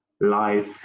life